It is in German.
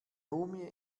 mumie